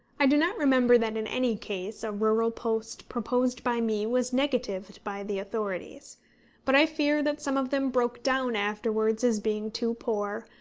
i do not remember that in any case a rural post proposed by me was negatived by the authorities but i fear that some of them broke down afterwards as being too poor,